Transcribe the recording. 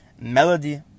melody